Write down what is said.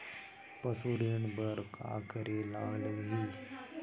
पशु ऋण बर का करे ला लगही?